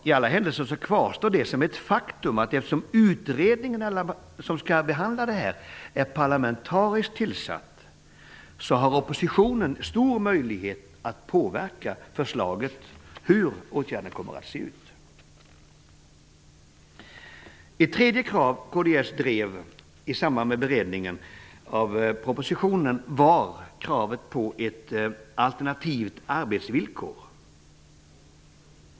I alla händelser kvarstår det som ett faktum att eftersom utredningen är parlamentarisk sammansatt så har oppositionen stor möjlighet att påverka förslaget om hur åtgärden skall se ut. För det tredje drev kds i samband med beredningen av propositionen kravet på ett alternativt arbetsvillkor.